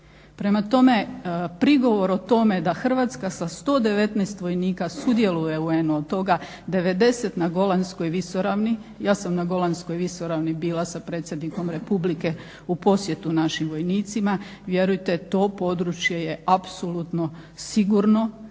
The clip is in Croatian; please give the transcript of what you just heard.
Prema tome, prigovor o tome da Hrvatska sa 119 vojnika sudjeluje u UN-u od toga 90 na Golanskoj visoravni. Ja sam na golanskoj visoravni bila sa predsjednikom republike u posjetu našim vojnicima, vjerujte to područje je apsolutno sigurno